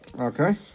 Okay